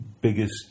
biggest